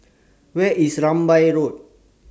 Where IS Rambai Road